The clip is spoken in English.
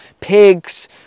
Pigs